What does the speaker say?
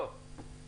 לא, לא.